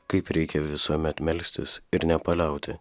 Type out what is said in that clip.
kaip reikia visuomet melstis ir nepaliauti